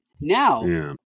Now